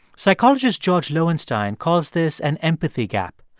psychologist george loewenstein calls this an empathy gap.